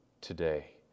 today